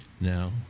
now